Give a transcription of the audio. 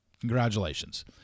Congratulations